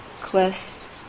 quest